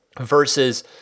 versus